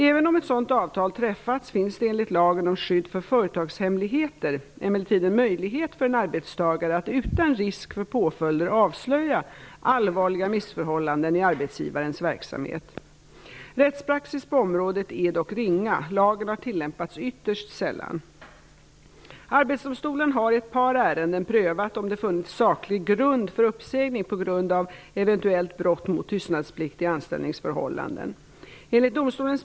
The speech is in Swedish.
Även om ett sådant avtal träffats finns det enligt lagen om skydd för företagshemligheter emellertid en möjlighet för en arbetstagare att utan risk för påföljder avslöja allvarliga missförhållanden i arbetsgivarens verksamhet. Rättspraxis på området är dock ringa; lagen har tillämpats ytterst sällan. Arbetsdomstolen har i ett par ärenden prövat om det funnits saklig grund för uppsägning på grund av eventuellt brott mot tystnadsplikt i anställningsförhållanden .